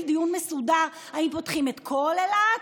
דיון מסודר אם פותחים את כל אילת,